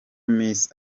miss